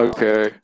Okay